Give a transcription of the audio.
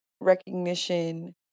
recognition